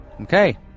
Okay